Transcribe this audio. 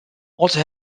also